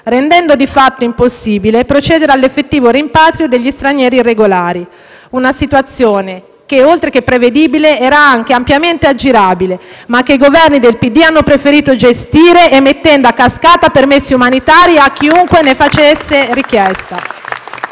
rendendo di fatto impossibile procedere all'effettivo rimpatrio degli stranieri irregolari: una situazione che, oltre che prevedibile, era anche ampiamente aggirabile, ma che i Governi del PD hanno preferito gestire emettendo a cascata permessi umanitari a chiunque ne facesse richiesta*.